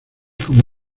como